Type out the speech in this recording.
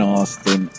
Austin